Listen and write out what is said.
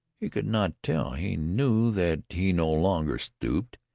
he could not tell. he knew that he no longer stooped,